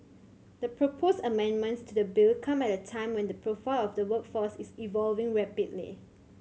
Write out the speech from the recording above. the proposed amendments to the bill come at a time when the profile of the workforce is evolving rapidly